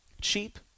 Cheap